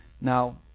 Now